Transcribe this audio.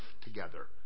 together